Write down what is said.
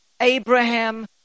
Abraham